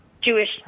Jewish